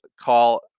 call